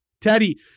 Teddy